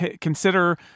Consider